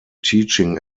teaching